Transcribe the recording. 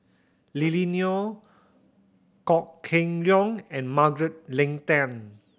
Lily Neo Kok Heng Leun and Margaret Leng Tan